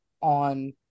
on